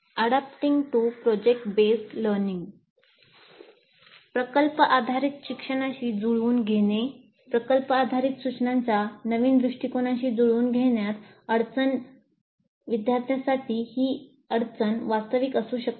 adapting to project based learning प्रकल्प आधारित सूचनांच्या नवीन दृष्टिकोनशी जुळवून घेण्यात अडचण विद्यार्थ्यांसाठी ही अडचण वास्तविक असू शकते